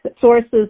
sources